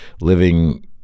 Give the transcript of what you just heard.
living